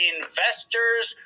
Investors